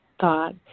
Thought